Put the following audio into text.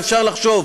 אפשר לחשוב.